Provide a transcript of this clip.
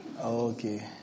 Okay